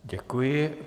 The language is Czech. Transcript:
Děkuji.